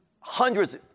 Hundreds